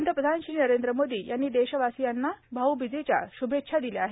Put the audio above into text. पंतप्रधान नरेंद्र मोदी यांनी देशवासियांना भाऊबीजेच्या श्भेच्छा दिल्या आहेत